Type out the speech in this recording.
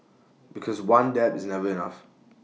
because one dab is never enough